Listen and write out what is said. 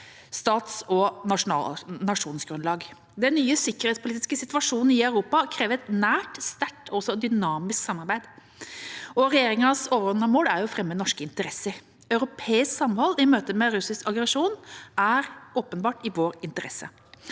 stats- og nasjonsgrunnlag. Den nye sikkerhetspolitiske situasjonen i Europa krever et nært, sterkt og dynamisk samarbeid. Regjeringas overordnede mål er å fremme norske interesser. Europeisk samhold i møte med russisk aggresjon er åpenbart i vår interesse.